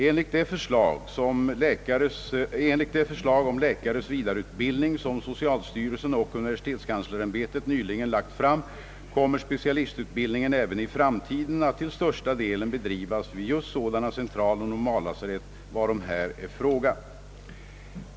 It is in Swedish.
Enligt det förslag om läkares vidareutbildning som socialstyrelsen och universitetskanslersämbetet nyligen lagt fram kommer specialistutbildningen även i framtiden att till största delen bedrivas vid just sådana centraloch normallasarett, varom här är fråga.